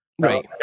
Right